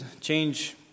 change